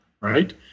right